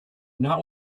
not